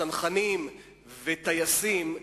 צנחנים וטייסים,